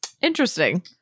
interesting